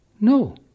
No